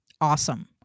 Awesome